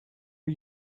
are